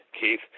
Keith